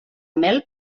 mel